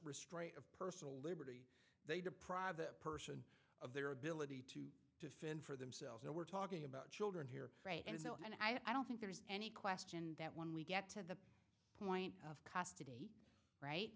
restraint of personal liberty they deprive a person of their ability to to fend for themselves now we're talking about children here and i don't think there's any question that when we get to the point of custody right